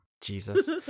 Jesus